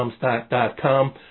Comstock.com